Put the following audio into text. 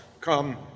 come